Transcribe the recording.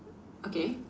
okay